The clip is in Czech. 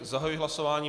Zahajuji hlasování.